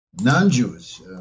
non-Jews